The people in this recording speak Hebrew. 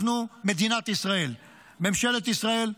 אנחנו, מדינת ישראל, ממשלת ישראל.